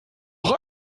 noch